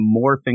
morphing